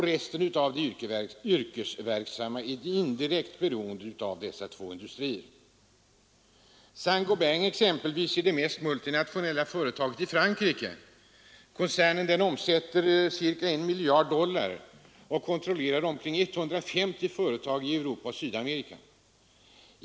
Resten av de yrkesverksamma är indirekt beroende av dessa två industrier. Saint-Gobain exempelvis är det mest multinationella företaget i Frankrike. Koncernen omsätter cirka 1 miljard dollar per år och kontrollerar omkring 1 500 företag i Europa och Sydamerika.